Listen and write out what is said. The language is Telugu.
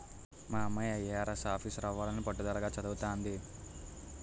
మా అమ్మాయి ఐ.ఆర్.ఎస్ ఆఫీసరవ్వాలని పట్టుదలగా చదవతంది